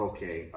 Okay